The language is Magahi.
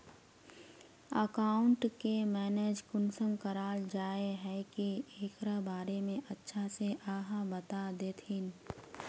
अकाउंट के मैनेज कुंसम कराल जाय है की एकरा बारे में अच्छा से आहाँ बता देतहिन?